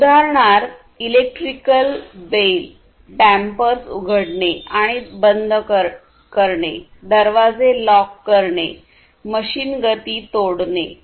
उदाहरणार्थ electric bell dampers उघडणे आणि बंद करणे दरवाजे लॉक करणे मशीन गती तोडणे